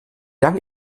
lange